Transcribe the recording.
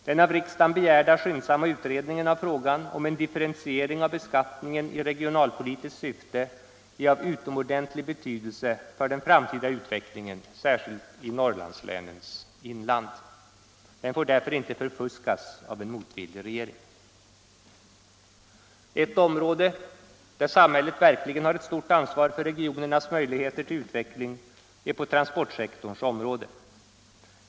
Den av riksdagen begärda skyndsamma utredningen av frågan om en differentiering av beskattningen i regionalpolitiskt syfte är av utomordentlig betydelse för den framtida utvecklingen, särskilt i Norrlandslänens inland. Den får därför inte förfuskas av en motvillig regering. Ett område där samhället verkligen har ett stort ansvar för regionernas möjligheter till utveckling är transportsektorn.